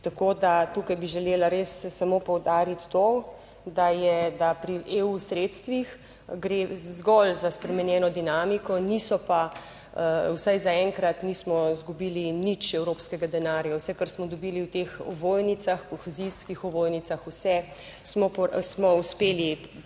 Tako, da tukaj bi želela res samo poudariti to, da je, da pri EU sredstvih gre zgolj za spremenjeno dinamiko, niso pa vsaj zaenkrat nismo izgubili nič evropskega denarja. Vse, kar smo dobili v teh ovojnicah, kohezijskih ovojnicah, vse smo uspeli porabiti